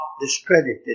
discredited